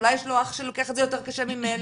אולי יש לו אח שלוקח את זה יותר קשה ממנו,